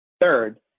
Third